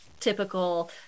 typical